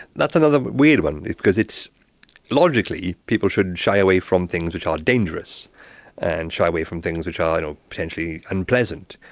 that's another weird one because logically people should shy away from things which are dangerous and shy away from things which ah and are potentially unpleasant.